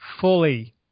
fully